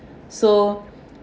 so